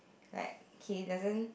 like K doesn't